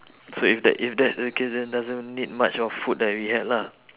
so if that if that's the case then doesn't need much of food that we had lah